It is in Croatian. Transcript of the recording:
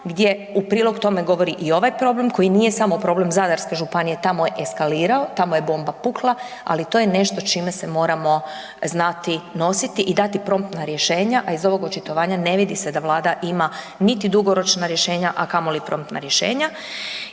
gdje u prilog tome govori i ovaj problem, koji nije samo problem Zadarske županije, tamo je eskalirao, tamo je bomba pukla ali to je nešto čime se moramo znati nositi i dati promptna rješenja a iz ovog očitovanja ne vidi se da Vlada ima niti dugoročna rješenja a kamoli promptna rješenja.